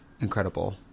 incredible